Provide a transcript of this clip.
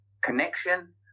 connection